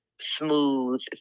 smooth